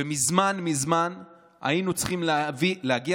ומזמן מזמן היינו צריכים להפוך את הפירמידה,